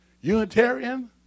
Unitarian